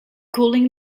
cooling